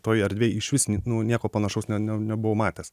toj erdvėj iš vis nu nieko panašaus ne ne nebuvau matęs